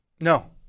No